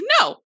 No